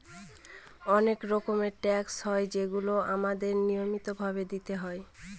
অনেক রকমের ট্যাক্স হয় যেগুলো আমাদেরকে নিয়মিত ভাবে দিতে হয়